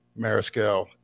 Mariscal